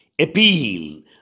appeal